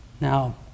Now